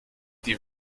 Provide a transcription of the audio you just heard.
die